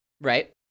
right